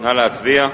נא להצביע.